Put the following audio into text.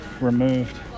removed